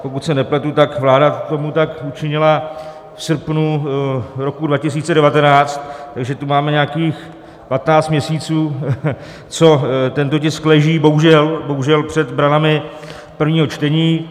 Pokud se nepletu, tak vláda tomu tak učinila v srpnu roku 2019, takže tu máme nějakých patnáct měsíců, co tento tisk leží bohužel před branami prvního čtení.